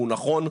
והוא נכון.